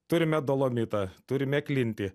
turime dolomitą turime klintį